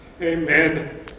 Amen